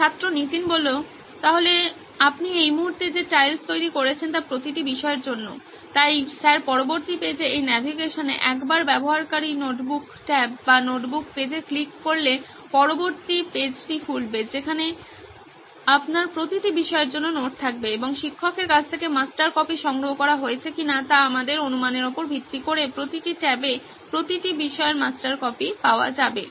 ছাত্র নীতিন সুতরাং আপনি এই মুহূর্তে যে টাইলস তৈরি করছেন তা হল প্রতিটি বিষয়ের জন্য বই তাই স্যার পরবর্তী পেজে এই ন্যাভিগেশনে একবার ব্যবহারকারী নোটবুক ট্যাব বা নোটবুক পেজে ক্লিক করলে পরবর্তী পেজটি খুলবে যেখানে আপনার প্রতিটি বিষয়ের জন্য নোট থাকবে এবং শিক্ষকের কাছ থেকে মাস্টার কপি সংগ্রহ করা হয়েছে কিনা তা আমাদের অনুমানের উপর ভিত্তি করে প্রতিটি ট্যাবে প্রতিটি বিষয়ের মাস্টার কপি পাওয়া যাবে